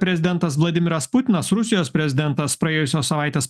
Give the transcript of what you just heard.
prezidentas vladimiras putinas rusijos prezidentas praėjusios savaitės